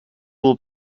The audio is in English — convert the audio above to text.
will